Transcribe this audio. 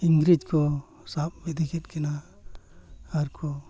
ᱤᱝᱨᱮᱹᱡᱽ ᱠᱚ ᱥᱟᱵ ᱤᱫᱤᱠᱮᱫ ᱠᱤᱱᱟ ᱟᱨ ᱠᱚ